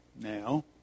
now